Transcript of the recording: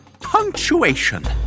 punctuation